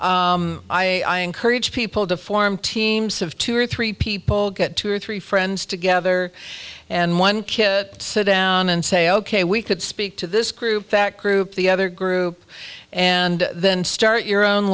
am courage people to form teams of two or three people get two or three friends together and one kid sit down and say ok we could speak to this group that group the other group and then start your own